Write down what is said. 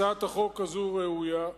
הצעת החוק הזאת ראויה,